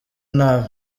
nabi